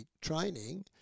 training